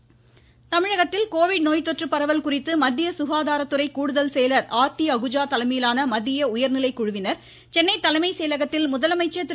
ஆர்த்தி அகுஜா முதலமைச்சர் தமிழகத்தில் கோவிட் நோய்த்தொற்று பரவல் குறித்து மத்திய சுகாதாரத்துறை கூடுதல் செயலர் ஆர்த்தி அகுஜா தலைமையிலான மத்திய உயர்நிலைக்குழுவினர் சென்னை தலைமை செயலகத்தில் முதலமைச்சர் திரு